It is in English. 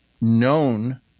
known